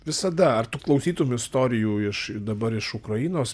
visada ar tu klausytum istorijų iš dabar iš ukrainos